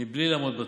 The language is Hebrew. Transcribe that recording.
ומבלי לעמוד בתור.